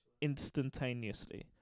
instantaneously